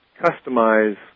customize